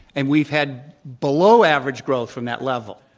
and we've had below average growth from that level.